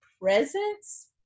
presence